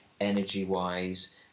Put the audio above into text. energy-wise